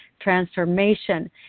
transformation